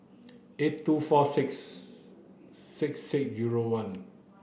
eight two four six six six zero one